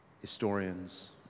historians